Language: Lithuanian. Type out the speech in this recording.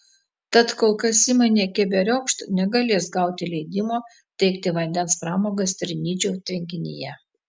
tad kol kas įmonė keberiokšt negalės gauti leidimo teikti vandens pramogas trinyčių tvenkinyje